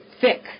thick